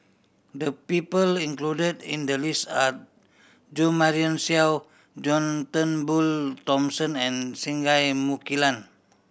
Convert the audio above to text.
the people included in the list are Jo Marion Seow John Turnbull Thomson and Singai Mukilan